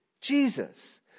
Jesus